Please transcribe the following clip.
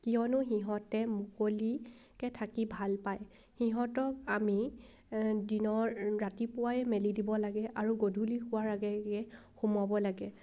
কিয়নো সিহঁতে মুকলিকৈ থাকি ভাল পায় সিহঁতক আমি দিনৰ ৰাতিপুৱাই মেলি দিব লাগে আৰু গধূলি হোৱাৰ আগে আগে সোমোৱাব লাগে